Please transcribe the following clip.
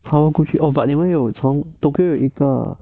kawaguchiko oh but 你们有从 tokyo 有一个